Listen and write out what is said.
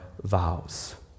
vows